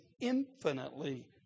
infinitely